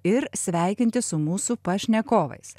ir sveikintis su mūsų pašnekovais